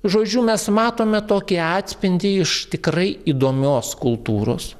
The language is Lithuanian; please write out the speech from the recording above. žodžiu mes matome tokį atspindį iš tikrai įdomios kultūros